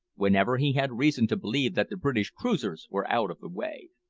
whenever he had reason to believe that the british cruisers were out of the way.